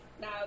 Now